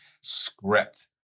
script